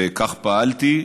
וכך פעלתי,